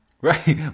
Right